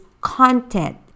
content